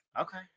Okay